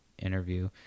interview